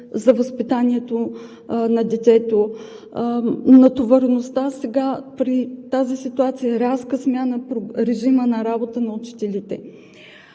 за възпитанието на детето. Натовареността сега при тази ситуация е рязка смяна в режима на работа на учителите.